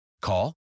Call